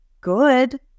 good